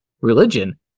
religion